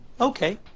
okay